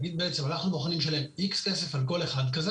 להגיד בעצם 'אנחנו מוכנים לשלם X כסף על כל אחד כזה'